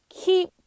Keep